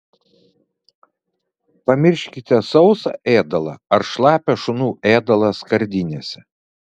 pamirškite sausą ėdalą ar šlapią šunų ėdalą skardinėse